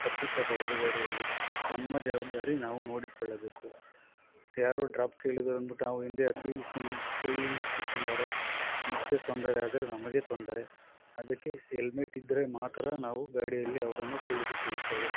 ಹತ್ತಿಸಬಾರದು ಗಾಡಿಯಲ್ಲಿ ನಮ್ಮ ಜವಾಬ್ದಾರಿ ನಾವು ನೋಡಿಕೊಳ್ಳಬೇಕು ಯಾರೋ ಡ್ರಾಪ್ ಕೇಳಿದ್ದಾರೆ ಅಂದ್ಬಿಟ್ಟು ನಾವು ಹಿಂದೆ ಹತ್ತಿ ಕುಳ್ಳಿರಿಸಿಕೊಂಡರೆ ಮತ್ತೆ ತೊಂದರೆ ಆದರೆ ನಮಗೆ ತೊಂದರೆ ಅದಕ್ಕೆ ಎಲ್ಮೇಟ್ ಇದ್ದರೆ ಮಾತ್ರ ನಾವು ಗಾಡಿಯಲ್ಲಿ ಅವರನ್ನು ಕುಳ್ಳಿರಿಸಿಕೊಳ್ಳುತ್ತೇವೆ